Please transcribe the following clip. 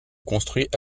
construit